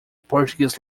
portuguese